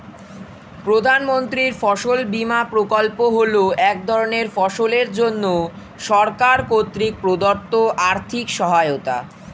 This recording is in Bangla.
প্রধানমন্ত্রীর ফসল বিমা প্রকল্প হল এক ধরনের ফসলের জন্য সরকার কর্তৃক প্রদত্ত আর্থিক সহায়তা